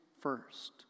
first